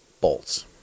bolts